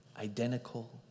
identical